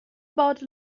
about